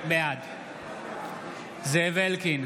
בעד זאב אלקין,